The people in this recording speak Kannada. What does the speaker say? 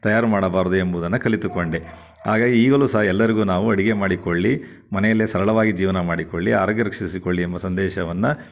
ತಯಾರಿ ಮಾಡಬಾರದು ಎಂಬುದನ್ನು ಕಲಿತುಕೊಂಡೆ ಹಾಗಾಗಿ ಈಗಲೂ ಸಹ ಎಲ್ಲರಿಗೂ ನಾವು ಅಡಿಗೆ ಮಾಡಿಕೊಳ್ಳಿ ಮನೆಯಲ್ಲೇ ಸರಳವಾಗಿ ಜೀವನ ಮಾಡಿಕೊಳ್ಳಿ ಆರೋಗ್ಯ ರಕ್ಷಿಸಿಕೊಳ್ಳಿ ಎಂಬ ಸಂದೇಶವನ್ನು